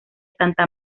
santa